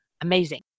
amazing